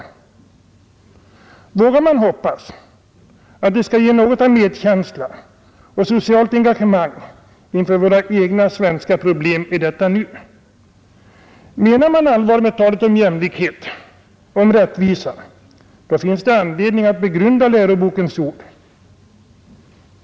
Vågar man hoppas att dessa ord skall kunna ge något av medkänsla och socialt engagemang inför våra egna svenska problem i detta nu? Menar man allvar med talet om jämlikhet och rättvisa, då finns det anledning att begrunda lärobokens ord.